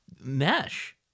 Mesh